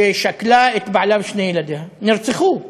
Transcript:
ששכלה את בעלה ושני ילדיה, נרצחו בבית.